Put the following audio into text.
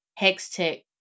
Hextech